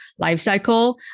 lifecycle